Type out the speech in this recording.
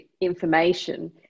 information